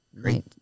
Great